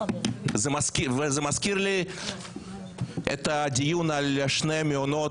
וזה מזכיר לי את הדיון על שני המעונות